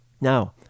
Now